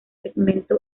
segmento